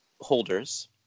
holders